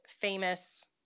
famous